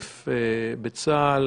בצה"ל.